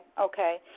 okay